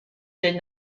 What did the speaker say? did